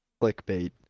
clickbait